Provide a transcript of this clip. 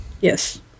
Yes